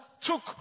took